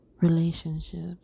relationships